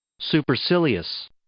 Supercilious